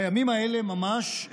בימים האלה ממש,